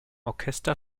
orchester